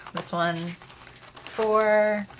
this one four,